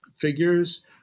figures